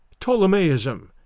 Ptolemaism